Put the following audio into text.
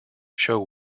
show